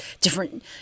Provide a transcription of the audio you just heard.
different